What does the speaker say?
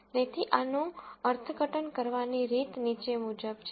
તેથી આનો અર્થઘટન કરવાની રીત નીચે મુજબ છે